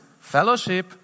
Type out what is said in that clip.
fellowship